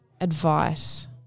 advice